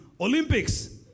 Olympics